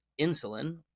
insulin